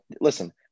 listen